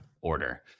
order